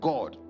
God